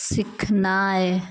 सीखनाइ